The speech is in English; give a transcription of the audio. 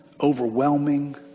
overwhelming